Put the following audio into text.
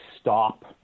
stop